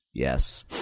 Yes